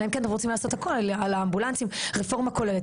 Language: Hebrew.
אלא אם אתם רוצים לעשות על האמבולנסים רפורמה כוללת.